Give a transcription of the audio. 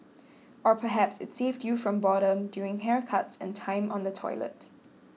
or perhaps it saved you from boredom during haircuts and time on the toilet